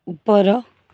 ଉପର